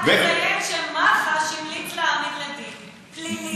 רק נציין שמח"ש המליץ להעמיד לדין פלילי.